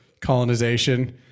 colonization